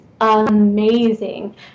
amazing